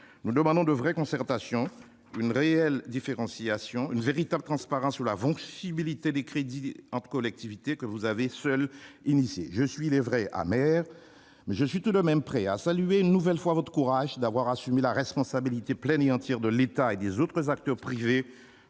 nous demandons de vraies concertations, une réelle différenciation et une véritable transparence sur la fongibilité des crédits entre collectivités, que vous avez seule engagée. Je suis- il est vrai -amer, mais je suis tout de même prêt à saluer une nouvelle fois votre courage d'avoir assumé la responsabilité pleine et entière de l'État et des autres acteurs privés